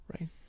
right